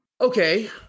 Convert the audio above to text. okay